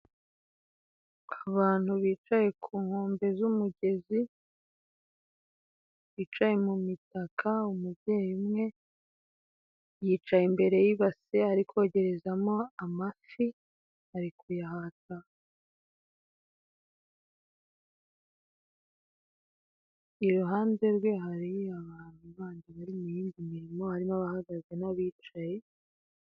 Abantu bicaye ku nkombe z'umugezi, bicaye mu mitaka umubyeyi umwe yicaye imbere y'ibasi arikogerezamo amafi ari kuyahata. Iruhande rwe hari abantu bandi bari mu yindi mirimo harimo abahagaze n'abicaye.